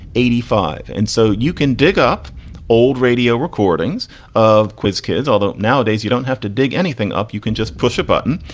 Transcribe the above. eighty five. and so you can dig up old radio recordings of quiz kids, although nowadays you don't have to dig anything up. you can just push a button.